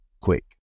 quick